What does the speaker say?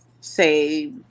say